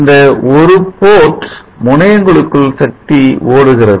இந்த ஒரு போர்ட் முனையங்களுக்குள் சக்தி ஓடுகிறது